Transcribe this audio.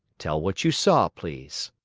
tell what you saw, please.